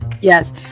Yes